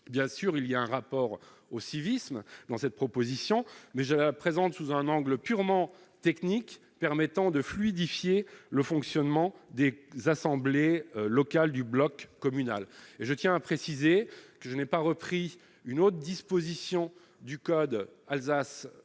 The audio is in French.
bien sûr, il y a un rapport au civisme dans cette proposition, mais je la présente sous un angle purement technique permettant de fluidifier le fonctionnement dès assemblées locales du bloc communal et je tiens à préciser que je n'ai pas repris une autre disposition du code Alsace